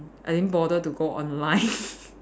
I didn't bother to go online